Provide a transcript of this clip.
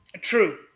True